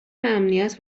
امنیت